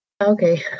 Okay